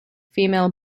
female